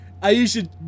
Aisha